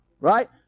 Right